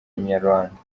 inyarwanda